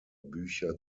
bücher